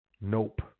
nope